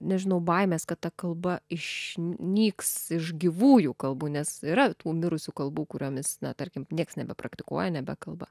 nežinau baimės kad ta kalba išnyks iš gyvųjų kalbų nes yra tų mirusių kalbų kuriomis na tarkim nieks nebepraktikuoja nebekalba